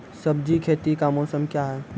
सब्जी खेती का मौसम क्या हैं?